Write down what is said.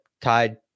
tied